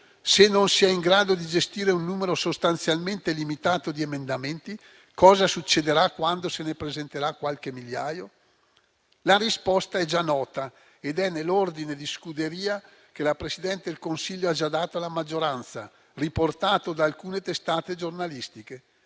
Se non si è in grado di gestire un numero sostanzialmente limitato di emendamenti, cosa succederà quando se ne presenterà qualche migliaio? La risposta è già nota ed è nell'ordine di scuderia che la Presidente del Consiglio ha già dato alla maggioranza, riportato da alcune testate giornalistiche: